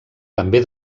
també